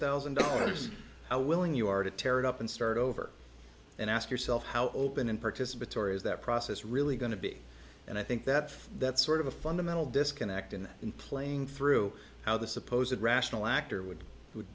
thousand dollars willing you are to tear it up and start over and ask yourself how open and participatory is that process really going to be and i think that that's sort of a fundamental disconnect and in playing through how the supposed rational actor would